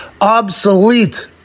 Obsolete